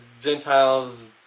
Gentiles